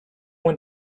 when